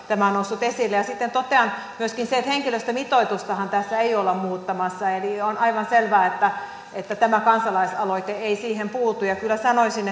tämä on noussut esille sitten totean myöskin että henkilöstömitoitustahan tässä ei olla muuttamassa eli on aivan selvää että että tämä kansalaisaloite ei siihen puutu ja kyllä sanoisin